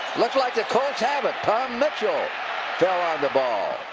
like like the colts have it! tom mitchell fell on the ball.